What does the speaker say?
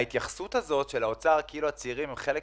ההתייחסות הזאת של האוצר כאילו הצעירים הם חלק